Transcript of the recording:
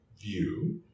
view